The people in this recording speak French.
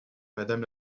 madame